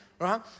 right